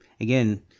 again